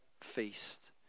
feast